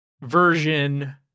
version